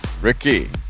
Ricky